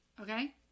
Okay